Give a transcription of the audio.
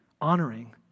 honoring